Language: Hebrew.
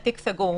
התיק סגור.